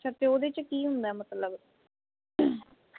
ਅੱਛਾ ਤਾਂ ਉਹਦੇ 'ਚ ਕੀ ਹੁੰਦਾ ਮਤਲਬ